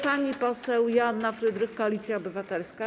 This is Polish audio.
Pani poseł Joanna Frydrych, Koalicja Obywatelska.